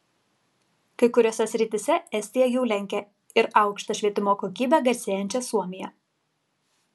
kai kuriose srityse estija jau lenkia ir aukšta švietimo kokybe garsėjančią suomiją